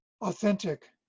authentic